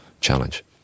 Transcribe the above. challenge